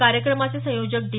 कार्यक्रमाचे संयोजक डी